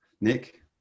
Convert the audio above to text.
Nick